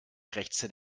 krächzte